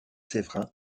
séverin